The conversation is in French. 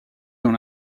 dans